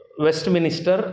waste minister